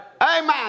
Amen